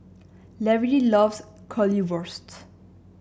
Lary loves Currywurst